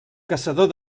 caçador